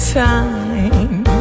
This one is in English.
time